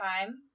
time